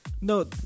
No